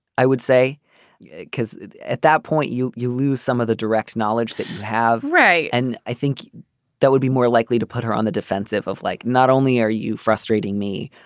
i would say it because at that point you you lose some of the direct knowledge that you have right and i think that would be more likely to put her on the defensive of like not only are you frustrating me.